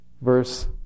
Verse